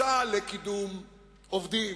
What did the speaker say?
3, לקידום עובדים,